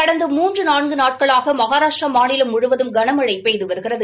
கடந்த மூன்று நான்கு நாட்களாக மகாராஷ்டிரா மாநிலம் முழுவதுமே கனமழை பெய்து வருகிறது